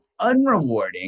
unrewarding